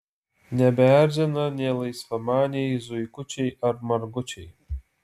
nebeerzina nė laisvamaniai zuikučiai ar margučiai